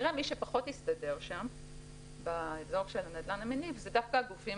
מי שפחות הסתדר כנראה באזור של הנדל"ן המניב זה דווקא הגופים